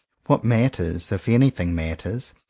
what matters, if anything matters,